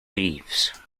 thieves